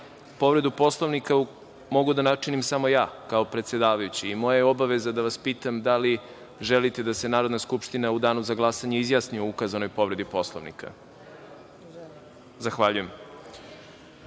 povredu Poslovnika mogu da načinim samo ja kao predsedavajući. Moja je obaveza da vas pitam da li želite da se Narodna skupština u danu za glasanje izjasni o ukazanoj povredi Poslovnika?(Vera